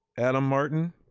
adam martin.